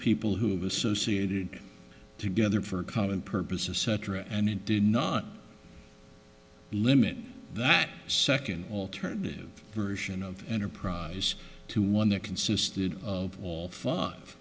people who have associated together for a common purpose of cetera and it did not limit that second alternative version of enterprise to one that consisted of all five